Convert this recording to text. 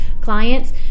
clients